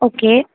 okay